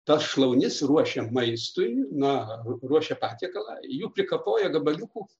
tas šlaunis ruošia maistui na ruošia patiekalą jų prikapoja gabaliukų